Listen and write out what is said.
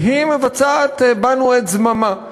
והיא מבצעת בנו את זממה,